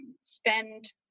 spend